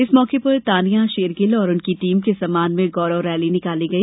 इस मौके पर तानिया शेरगिल और उनकी टीम के सम्मान में गौरव रैली निकाली गई